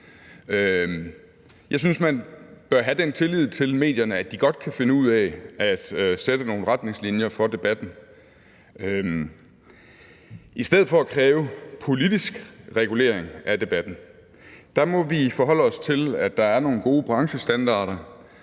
Jeg synes, man bør have den tillid til medierne, at de godt kan finde ud af at sætte nogle retningslinjer for debatten. I stedet for at kræve politisk regulering af debatten må vi forholde os til, at der er nogle gode branchestandarder,